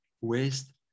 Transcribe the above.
west